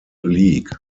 league